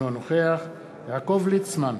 אינו נוכח יעקב ליצמן,